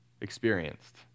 experienced